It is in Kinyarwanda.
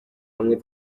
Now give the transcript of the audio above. hamwe